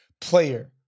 player